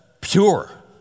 pure